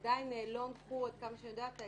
ועד כמה שאני יודעת,